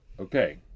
Okay